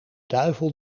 duivel